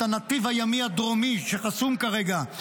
את הנתיב הימי הדרומי שחסום כרגע,